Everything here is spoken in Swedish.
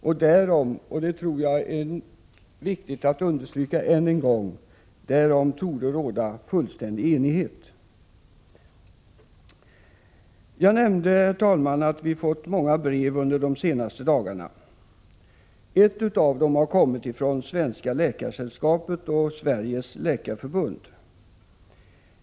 Därom torde också råda enighet, det tror jag är viktigt att understryka än en gång. Jag nämnde att vi fått många brev under de senaste dagarna. Ett har kommit från Svenska Läkaresällskapet och Sveriges Läkarförbund.